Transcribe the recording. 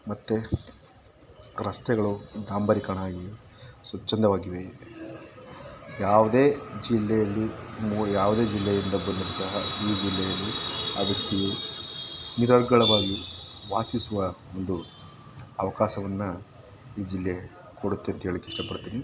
ಮತ್ತು ರಸ್ತೆಗಳು ಢಾಂಬರೀಕರ್ಣ ಆಗಿ ಸ್ವಚ್ಛಂದವಾಗಿವೆ ಯಾವುದೇ ಜಿಲ್ಲೆಯಲ್ಲಿ ನೀವು ಯಾವುದೇ ಜಿಲ್ಲೆಯಿಂದ ಬಂದರೂ ಸಹ ಈ ಜಿಲ್ಲೆಯಲ್ಲಿ ಆ ವ್ಯಕ್ತಿ ನಿರರ್ಗಳವಾಗಿ ವಾಸಿಸುವ ಒಂದು ಅವಕಾಶವನ್ನು ಈ ಜಿಲ್ಲೆ ಕೊಡುತ್ತೆ ಅಂಥೇಳೋಕೆ ಇಷ್ಟಪಡ್ತೀನಿ